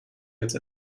jetzt